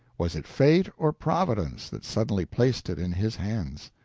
was it fate or providence that suddenly placed it in his hands?